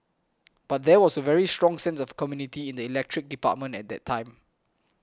but there was a very strong sense of community in the electricity department at that time